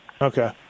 Okay